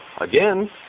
Again